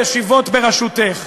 הישיבות בראשותך,